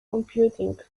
computing